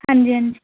ਹਾਂਜੀ ਹਾਂਜੀ